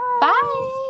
Bye